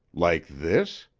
like this?